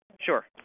Sure